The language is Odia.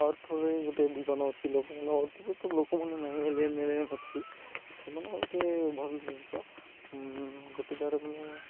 ଅର୍ଥରେ ଗୋଟେ ଜୀବନ ଅଛି ଲୋକମାନେ ଅର୍ଥର ତ ଲୋକମାନେ ନାହିଁ ଏଲିଏନ୍ ମଲିଅନ୍ ଅଛି ସେମାନେ ଗୋଟିଏ ଭଲ ଜିନିଷ ଗୋଟେ ତା'ର